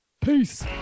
Peace